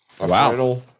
Wow